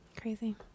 Crazy